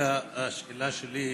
השאלה שלי: